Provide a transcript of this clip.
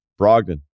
Brogdon